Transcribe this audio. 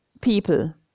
people